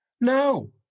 No